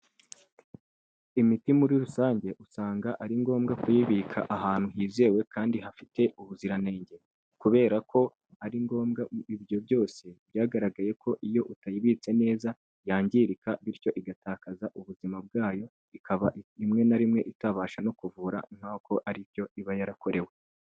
Imiti muri rusange usanga ari ngombwa kuyibika ahantu hizewe kandi hafite ubuziranenge, kubera ko ari ngombwa ibyo byose byagaragaye ko iyo utayibitse neza yangirika bityo igatakaza ubuzima bwayo, ikaba rimwe na rimwe itabasha no kuvura nk'uko ari byo iba yarakorewe.